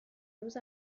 روز